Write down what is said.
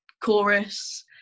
chorus